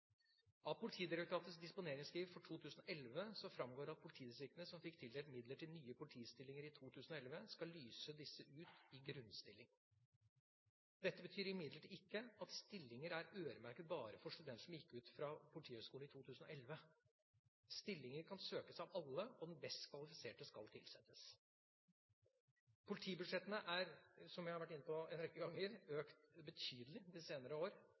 Av Politidirektoratets disponeringsskriv for 2011 framgår det at politidistriktene som fikk tildelt midler til nye politistillinger i 2011, skal lyse disse ut i grunnstilling. Dette betyr imidlertid ikke at stillingene er øremerket bare for studenter som gikk ut fra Politihøgskolen i 2011. Stillingene kan søkes av alle, og den best kvalifiserte skal tilsettes. Politibudsjettene er, som jeg har vært inne på en rekke ganger, økt betydelig de senere år.